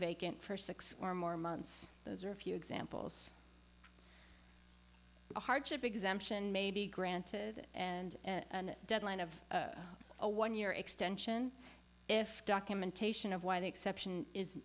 vacant for six or more months those are a few examples a hardship exemption may be granted and deadline of a one year extension if documentation of why the exception is